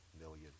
million